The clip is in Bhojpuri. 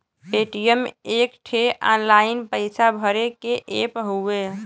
पेटीएम एक ठे ऑनलाइन पइसा भरे के ऐप हउवे